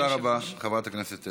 תודה רבה, חברת הכנסת לביא.